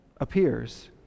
appears